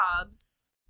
jobs